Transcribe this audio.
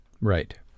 Right